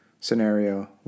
scenario